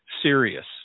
serious